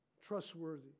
trustworthy